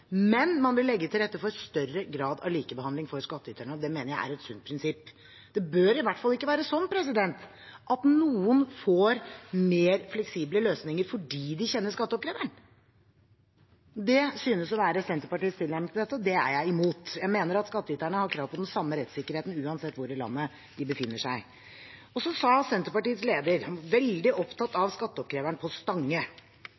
men man vil legge til rette for større grad av likebehandling for skattyterne, og det mener jeg er et sunt prinsipp. Det bør i hvert fall ikke være sånn at noen får mer fleksible løsninger fordi de kjenner skatteoppkreveren. Det synes å være Senterpartiets tilnærming til dette, og det er jeg imot. Jeg mener at skattyterne har krav på den samme rettssikkerheten, uansett hvor i landet de befinner seg. Senterpartiets leder var veldig opptatt